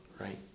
right